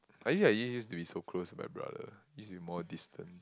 actually I didn't use to be so close to my brother used to be more distant